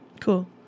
Cool